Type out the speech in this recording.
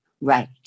Right